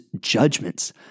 judgments